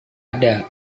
ada